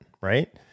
right